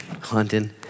hunting